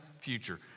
future